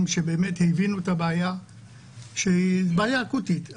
שבאמת הבינו את הבעיה שהיא בעיה אקוטית.